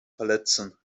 verletzen